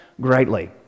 greatly